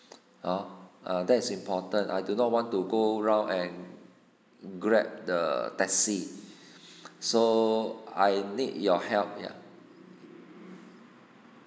[ho] err that is important I do not want to go round and grab the taxi so I need your help ya